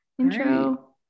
intro